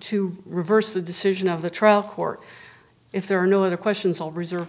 to reverse the decision of the trial court if there are no other questions i'll reserve